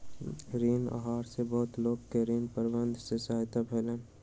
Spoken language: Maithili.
ऋण आहार सॅ बहुत लोक के ऋण प्रबंधन में सहायता भेलैन